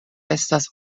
estas